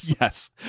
Yes